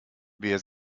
wer